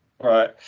Right